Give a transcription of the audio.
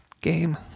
game